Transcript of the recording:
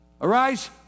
Arise